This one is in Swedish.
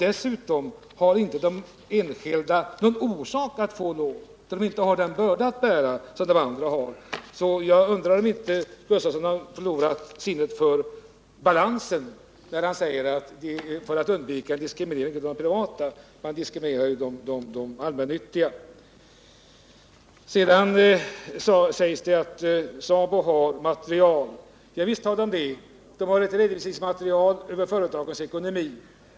Dessutom finns det ingen anledning att ge de enskilda företagen lån, då de inte har den börda att bära som de allmännyttiga har. Jag undrar om inte Wilhelm Gustafsson har förlorat sinnet för balans när han säger att man inte skall diskriminera de privata ägarna — man diskriminerar ju de allmännyttiga. Det sägs att SABO har material. Ja, visst har man det. SABO har ett redovisningsmaterial över företagens ekonomi.